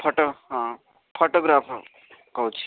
photo ହଁ photographer କହୁଛି